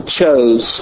chose